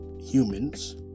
humans